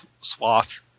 swath